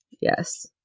Yes